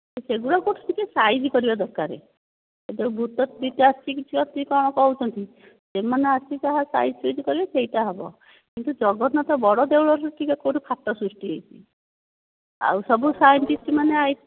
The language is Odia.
ସେଗୁଡ଼ା କୁ ଟିକେ ସାଇଜ କରିବା ଦରକାର ଭୂତତ୍ଵବିତ ଆସିକି କ'ଣ କହୁଛନ୍ତି ସେମାନେ ଆସି ଯାହା ସାଇଜ ସୁଇଜ କଲେ ସେହିଟା ହେବ କିନ୍ତୁ ଜଗନ୍ନାଥ ବଡ଼ଦେଉଳରେ ଟିକେ କେଉଁଠୁ ଫାଟ ସୃଷ୍ଟି ହେଇଛି ଆଉ ସବୁ ସାଇଁଟିଷ୍ଟ ମାନେ